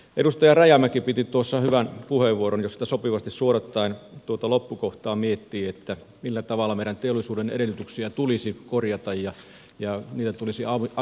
edustaja rajamäki piti tuossa hyvän puheenvuoron josta sopivasti suodattaen tuota loppukohtaa voi miettiä millä tavalla meidän teollisuuden edellytyksiä tulisi korjata ja niitä tulisi avittaa